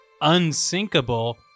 unsinkable